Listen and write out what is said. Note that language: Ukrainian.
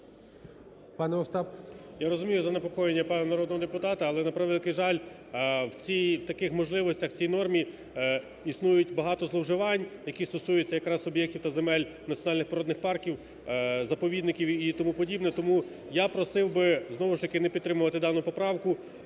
Я розумію занепокоєння пана народного депутата, але, на превеликий жаль, ці… в таких можливостях цій нормі існують багато зловживань, які стосуються якраз об'єктів та земель національних природних парків, заповідників і тому подібне. Тому я просив би знову ж таки не підтримувати дану поправку,